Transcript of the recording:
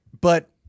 But-